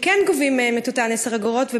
כן גובים מהם את אותן 10 אגורות.